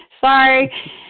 Sorry